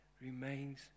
remains